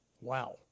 Wow